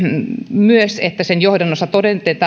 että sen johdannossa todetaan